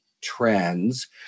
trends